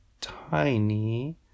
Tiny